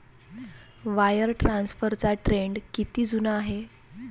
Wire ट्रान्सफरचा trend किती जुना आहे?